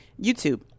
YouTube